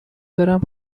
برم